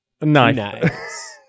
Nice